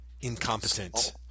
incompetent